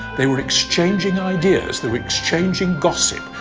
they were exchanging ideas. they were exchanging gossip.